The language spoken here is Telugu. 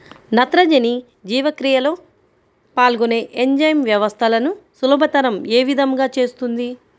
నత్రజని జీవక్రియలో పాల్గొనే ఎంజైమ్ వ్యవస్థలను సులభతరం ఏ విధముగా చేస్తుంది?